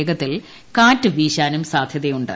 വേഗത്തിൽ കാറ്റ് വീശാനും സാധ്യതയുണ്ട്